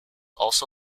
also